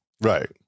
Right